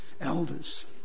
elders